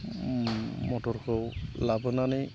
मथरखौ लाबोनानै